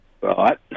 Right